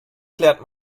klärt